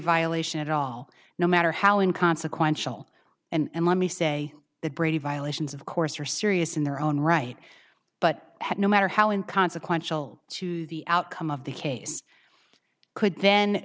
violation at all no matter how in consequential and let me say the brady violations of course are serious in their own right but had no matter how in consequential to the outcome of the case could then